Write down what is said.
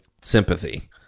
sympathy